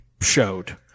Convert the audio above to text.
Showed